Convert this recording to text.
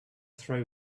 throw